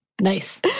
Nice